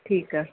ਠੀਕ ਹੈ